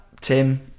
tim